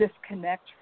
disconnect